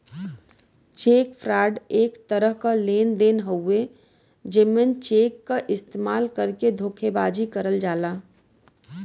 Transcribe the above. check fraud एक तरह क लेन देन हउवे जेमे चेक क इस्तेमाल करके धोखेबाजी करल जाला